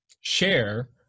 Share